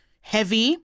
heavy